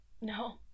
No